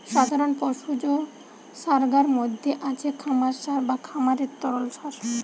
সাধারণ পশুজ সারগার মধ্যে আছে খামার সার বা খামারের তরল সার